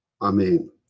Amen